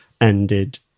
ended